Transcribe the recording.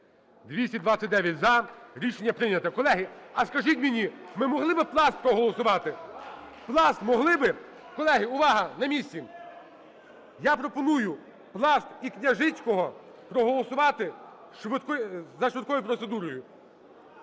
За-229 Рішення прийнято. Колеги, а скажіть мені, ми могли би Пласт проголосувати? Пласт могли би? Колеги, увага, на місці! Я пропоную Пласт і Княжицького проголосувати за швидкою процедурою.